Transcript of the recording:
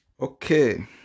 Okay